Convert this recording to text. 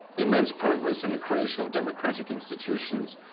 immense progress in the creation of democratic institutions,